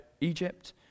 Egypt